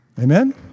Amen